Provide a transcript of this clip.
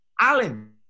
Alan